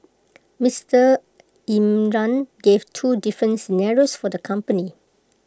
Mister Imran gave two different scenarios for the company